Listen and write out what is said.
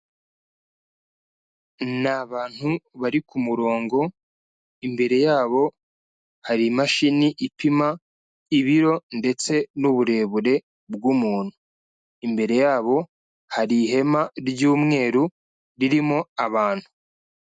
Ni abantu bari ku murongo, imbere yabo hari imashini ipima ibiro ndetse n'uburebure bw'umuntu, imbere yabo hari ihema ry'umweru ririmo abantu.